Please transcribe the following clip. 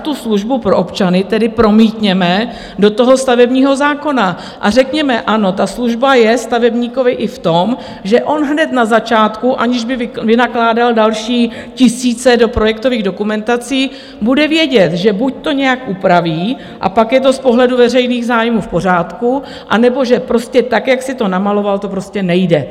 Tak tu službu pro občany promítněme do stavebního zákona a řekněme: ano, ta služba je stavebníkovi i v tom, že on hned na začátku, aniž by vynakládal další tisíce do projektových dokumentací, bude vědět, že buďto ji nějak upraví, a pak je to z pohledu veřejných zájmů v pořádku, anebo že tak, jak si to namaloval, to prostě nejde.